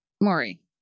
Maury